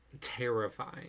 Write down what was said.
Terrifying